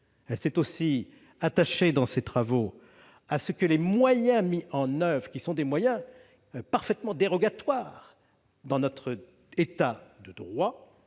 Elle s'est aussi attachée, dans ses travaux, à ce que les moyens mis en oeuvre, parfaitement dérogatoires dans notre État de droit,